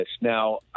Now